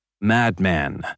madman